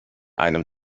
einem